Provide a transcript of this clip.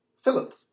Philip